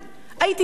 הייתי אומרת,